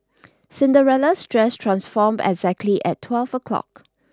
Cinderella's dress transformed exactly at twelve O'clock